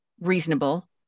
reasonable